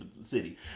city